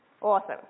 Awesome